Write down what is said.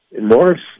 Norris